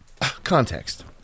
Context